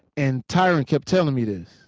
and tyrone kept telling me this.